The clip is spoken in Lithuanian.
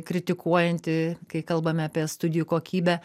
kritikuojanti kai kalbame apie studijų kokybę